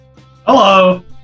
Hello